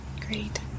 Great